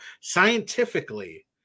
scientifically